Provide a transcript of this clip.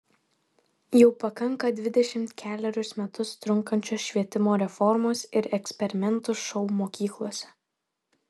jau pakanka dvidešimt kelerius metus trunkančios švietimo reformos ir eksperimentų šou mokyklose